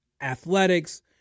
athletics